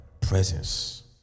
presence